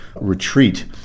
retreat